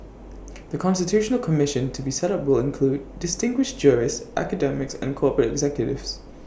the constitutional commission to be set up will include distinguished jurists academics and corporate executives